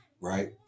right